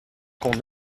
qu’on